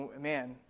Man